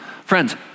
Friends